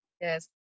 Yes